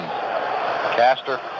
Caster